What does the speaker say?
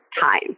time